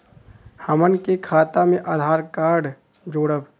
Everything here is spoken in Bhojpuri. हमन के खाता मे आधार कार्ड जोड़ब?